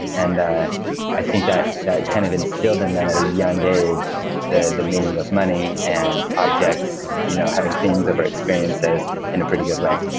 and i think that that kind of instilled in them at a young age the the meaning of money and objects, you know having things over experiences in a pretty good way